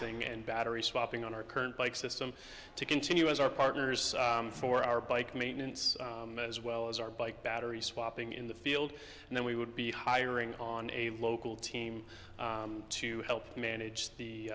cing and battery swapping on our current bike system to continue as our partners for our bike maintenance as well as our bike battery swapping in the field and then we would be hiring on a local team to help manage the